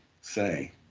say